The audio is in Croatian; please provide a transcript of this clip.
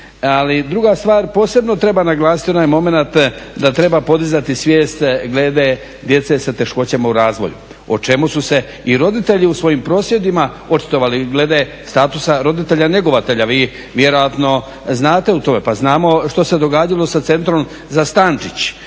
druga stvar posebno treba naglasiti onaj momenat da treba podizati svijest glede djece sa teškoćama u razvoju o čemu su se i roditelji u svojim prosvjedima očitovali glede statusa roditelja njegovatelja. Vi vjerojatno znate to. Pa znamo šta se događalo Centrom Stančić,